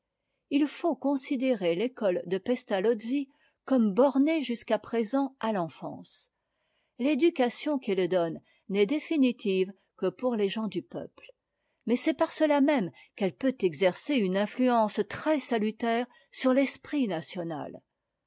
h faut considérer l'école de pestalozzi comme bornée jusqu'à présent'à l'enfance l'éducation qu'il donne n'est définitive que pour les gens du peuple mais c'est par cela même qu'elle peut exercer une influence très salutaire sur l'esprit national